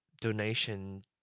donation